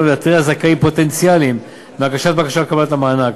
ולהרתיע זכאים פוטנציאליים מהגשת בקשה לקבלת המענק.